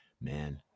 man